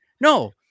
no